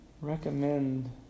recommend